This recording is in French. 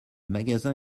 magasin